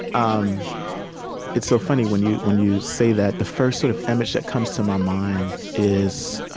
um it's so funny when you when you say that, the first sort of image that comes to my mind is